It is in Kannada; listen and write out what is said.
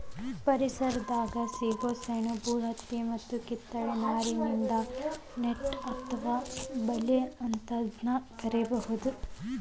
ಪರಿಸರದಾಗ ಸಿಗೋ ಸೆಣಬು ಹತ್ತಿ ಮತ್ತ ಕಿತ್ತಳೆ ನಾರಿನಿಂದಾನು ನೆಟ್ ಅತ್ವ ಬಲೇ ಅಂತಾದನ್ನ ತಯಾರ್ ಮಾಡ್ತಾರ